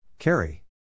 Carry